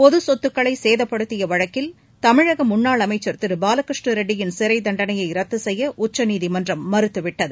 பொதுசொத்துக்களைசேதப்படுத்தியவழக்கில் தமிழகமுன்னாள் அமைச்சர் திருபாலகிருஷ்ண ரெட்டியின் சிறைத் தண்டனையைரத்துசெய்யஉச்சநீதிமன்றம் மறுத்துவிட்டது